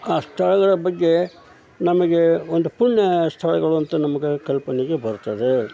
ಆ ಸ್ಥಳಗಳ ಬಗ್ಗೆ ನಮಗೆ ಒಂದು ಪುಣ್ಯ ಸ್ಥಳಗಳು ಅಂತ ನಮ್ಗೆ ಕಲ್ಪನೆಗೆ ಬರ್ತದೆ